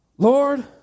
Lord